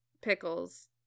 pickles